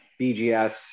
BGS